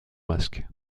masque